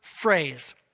phrase